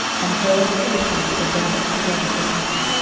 and there the philistines were gathered together to battle,